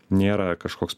nėra kažkoks